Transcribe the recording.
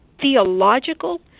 theological